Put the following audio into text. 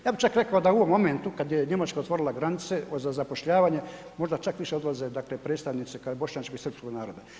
Ja bih čak rekao da u ovom momentu kad je Njemačka otvorila granice za zapošljavanje možda čak više odlaze dakle predstavnici dakle Bošnjačkog i Srpskog naroda.